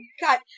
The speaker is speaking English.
God